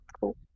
Cool